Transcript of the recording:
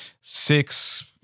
six